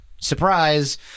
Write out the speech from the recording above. Surprise